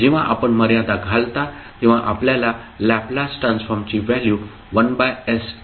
जेव्हा आपण मर्यादा घालता तेव्हा आपल्याला लॅपलास ट्रान्सफॉर्मची व्हॅल्यू 1s मिळेल